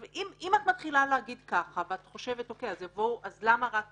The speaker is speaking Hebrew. אם את מתחילה להגיד ככה, אז למה רק כאן?